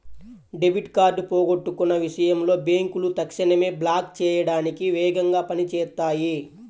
debit card పోగొట్టుకున్న విషయంలో బ్యేంకులు తక్షణమే బ్లాక్ చేయడానికి వేగంగా పని చేత్తాయి